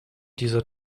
dieser